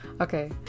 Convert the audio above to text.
okay